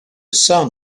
son